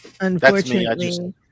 unfortunately